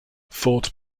fort